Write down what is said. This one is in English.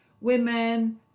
Women